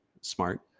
smart